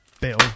Bill